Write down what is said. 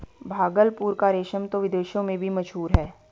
भागलपुर का रेशम तो विदेशों में भी मशहूर है